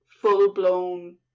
full-blown